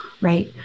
right